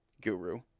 guru